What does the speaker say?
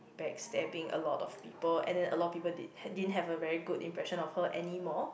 backstabbing a lot of people and then a lot of people did ha~ didn't have a very good impression of her anymore